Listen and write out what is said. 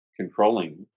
controlling